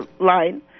line